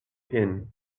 pin